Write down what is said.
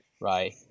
right